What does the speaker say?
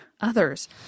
others